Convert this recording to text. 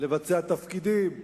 לבצע תפקידים שונים.